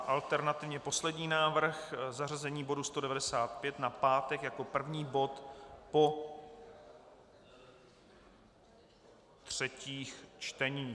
Alternativně poslední návrh zařazení bodu 195 na pátek jako první bod po třetích čteních.